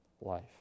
life